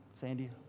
Sandy